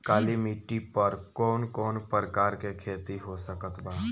काली मिट्टी पर कौन कौन प्रकार के खेती हो सकत बा?